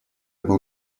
был